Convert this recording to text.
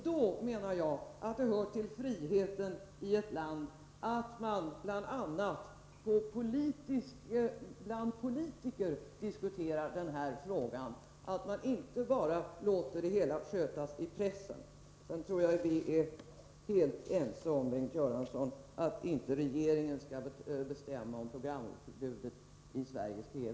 Då menar jag att det hör till friheterna i ett land att man bland politiker diskuterar en sådan fråga och inte bara låter det hela skötas i pressen. Sedan tror jag vi är helt ense, Bengt Göransson, om att regeringen inte skall bestämma om programutbudet i Sveriges TV.